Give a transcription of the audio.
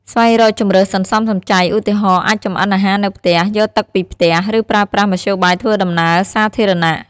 ស្វែងរកជម្រើសសន្សំសំចៃ ឧទាហរណ៍ អាចចម្អិនអាហារនៅផ្ទះ យកទឹកពីផ្ទះ ឬប្រើប្រាស់មធ្យោបាយធ្វើដំណើរសាធារណៈ។